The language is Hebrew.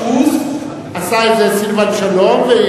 150%. עשה את זה סילבן שלום,